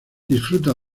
disfruta